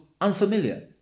unfamiliar